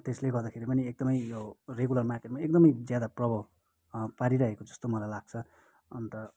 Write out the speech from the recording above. त्यसले गर्दाखेरि पनि एकदमै यो रेगुलर मार्केटमा एकदमै ज्यादा प्रभाव पारिरहेको जस्तो मलाई लाग्छ अन्त